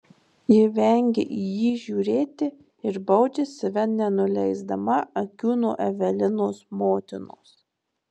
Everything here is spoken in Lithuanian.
ji vengia į jį žiūrėti ir baudžia save nenuleisdama akių nuo evelinos motinos